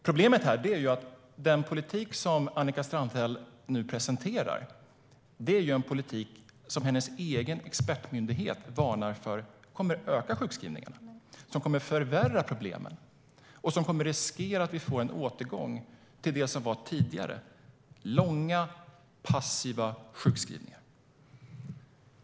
Problemet är att den politik som Annika Strandhäll nu presenterar är en politik som hennes egen expertmyndighet varnar för kommer att öka sjukskrivningarna, förvärra problemen och innebära en risk för att vi får en återgång till det som var tidigare, nämligen långa, passiva sjukskrivningar.